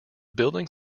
building